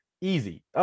easy